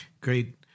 Great